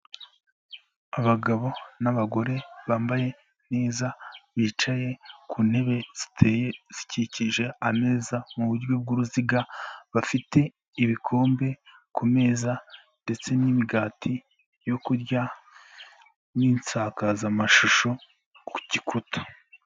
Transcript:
Abagabo n'abagore bambaye neza, bicaye ku ntebe ziteye zikikije ameza mu buryo bw'uruziga, bafite ibikombe ku meza ndetse n'imigati yo kurya n'insakazamashusho ku gikuta.